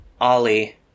Ollie